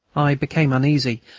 i became uneasy,